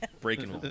breaking